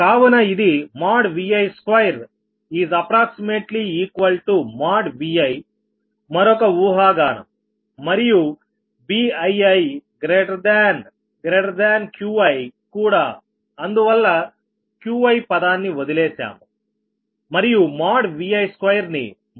కావున ఇది Vi2≅|Vi| మరొక ఊహాగానం మరియు BiiQiకూడా అందువల్ల Qi పదాన్ని వదిలేసాము మరియు Vi2ని |Vi|గా తీసుకున్నాము